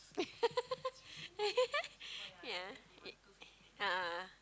yeah a'ah a'ah